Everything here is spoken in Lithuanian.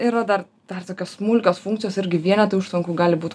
yra dar dar tokios smulkios funkcijos irgi vienetai užtvankų gali būt